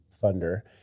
Thunder